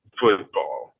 football